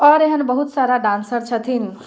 आओर एहन बहुत सारा डान्सर छथिन